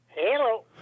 Hello